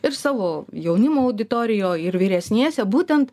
ir savo jaunimo auditorijoj ir vyresniesie būtent